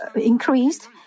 increased